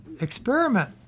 experiment